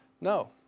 no